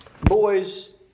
Boys